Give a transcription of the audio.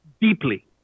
deeply